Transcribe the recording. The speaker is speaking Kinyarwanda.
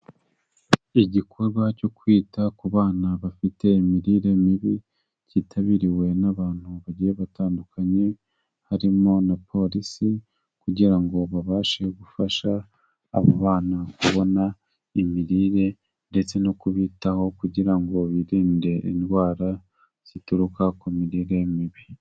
Igikorwa cyo kwita ku bana bafite imirire mibi cyitabiriwe n'abantu bagiye batandukanye, harimo na polisi kugira ngo babashe gufasha abo bana kubona imirire ndetse no kubitaho kugira ngo birinde indwara zituruka ku mirire mibi.